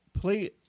play